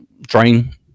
drain